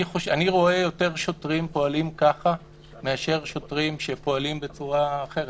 אני רואה יותר שוטרים שפועלים ככה מאשר שוטרים שפועלים בצורה אחרת.